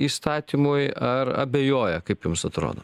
įstatymui ar abejoja kaip jums atrodo